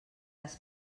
les